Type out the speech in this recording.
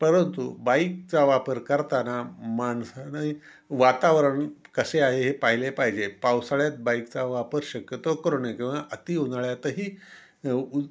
परंतु बाईकचा वापर करताना माणसाने वातावरण कसे आहे हे पाहिले पाहिजे पावसाळ्यात बाईकचा वापर शक्यतो करू नये किंवा अति उन्हाळ्यातही उ